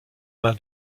main